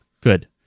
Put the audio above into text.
Good